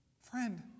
friend